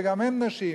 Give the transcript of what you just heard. וגם הן נשים.